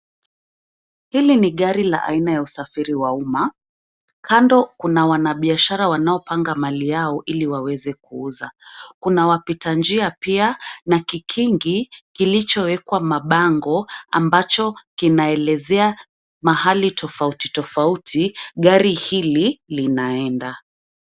Hili ni gari la aina ya usafiri wa umma, kando kuna wanabiashara wanaopanga mali yao ili waweze kuuza, kuna wapita njia pia na kikingi, kilichowekwa mabango, ambacho, kinaelezea, mahali tofauti tofauti, gari hili linaenda.